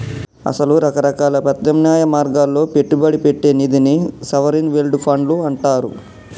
అసలు రకరకాల ప్రత్యామ్నాయ మార్గాల్లో పెట్టుబడి పెట్టే నిధిని సావరిన్ వెల్డ్ ఫండ్లు అంటారు